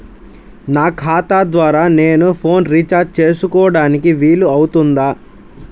నా ఖాతా ద్వారా నేను ఫోన్ రీఛార్జ్ చేసుకోవడానికి వీలు అవుతుందా?